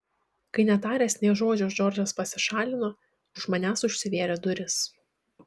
kai netaręs nė žodžio džordžas pasišalino už manęs užsivėrė durys